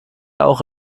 auch